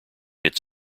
its